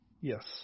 Yes